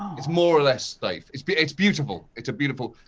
it's more or less safe, it's but it's beautiful, it's a beautiful.